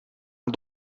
aan